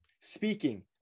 Speaking